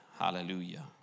hallelujah